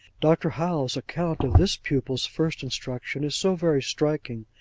dr. howe's account of this pupil's first instruction is so very striking,